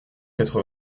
quatre